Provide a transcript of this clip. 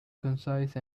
concise